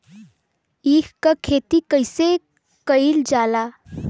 ईख क खेती कइसे कइल जाला?